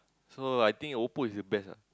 so I think Oppo is the best ah